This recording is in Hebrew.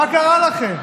מה קרה לכם?